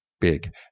big